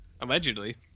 Allegedly